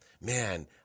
man